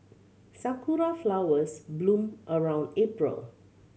sakura flowers bloom around April